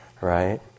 right